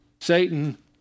Satan